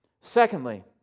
Secondly